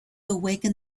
awaken